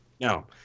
No